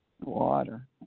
Water